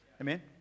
Amen